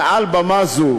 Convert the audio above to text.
אמר מעל במה זו